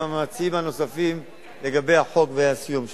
המציעים הנוספים לגבי החוק והסיום שלו.